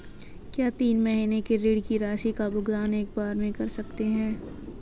क्या तीन महीने के ऋण की राशि का भुगतान एक बार में कर सकते हैं?